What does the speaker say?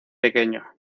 pequeño